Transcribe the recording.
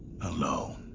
alone